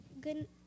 Good